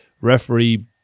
Referee